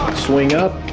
um swing up.